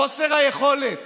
חוסר היכולת